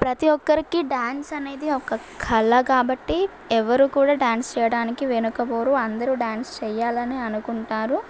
ప్రతీ ఒక్కరికి డాన్స్ అనేది ఒక కళ కాబట్టి ఎవరు కూడా డాన్స్ చేయడానికి వెనుక పోరు అందరూ డాన్స్ చేయాలని అనుకుంటారు